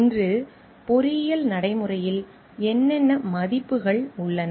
இன்று பொறியியல் நடைமுறையில் என்ன மதிப்புகள் உள்ளன